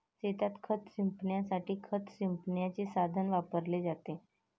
शेतात खत शिंपडण्यासाठी खत शिंपडण्याचे साधन वापरले जाते